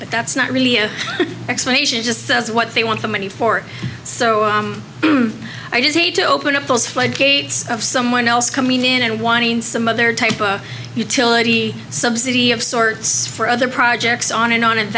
but that's not really a good explanation just says what they want the money for so i just hate to open up those flood gates of someone else coming in and wanting some other type of utility subsidy of sorts for other projects on and on and